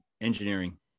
engineering